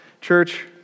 church